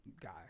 guy